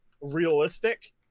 realistic